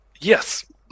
Yes